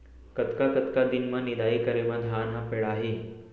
कतका कतका दिन म निदाई करे म धान ह पेड़ाही?